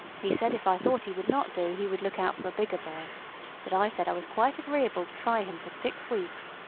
he said if i thought he would not do he would look out for a bigger boy but i said i was quite agreeable to try him for six weeks.